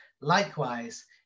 likewise